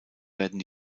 werden